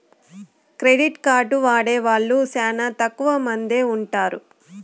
credit card వాడే వాళ్ళు శ్యానా తక్కువ మందే ఉంటారు